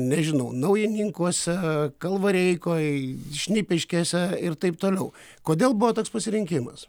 nežinau naujininkuose kalvareikoj šnipiškėse ir taip toliau kodėl buvo toks pasirinkimas